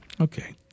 Okay